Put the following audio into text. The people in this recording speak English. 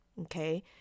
Okay